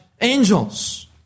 angels